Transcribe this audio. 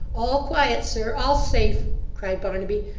all quiet, sir, all safe cried barnaby.